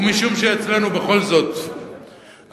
ומשום שאצלנו בכל זאת המדיניות